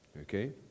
okay